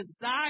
desire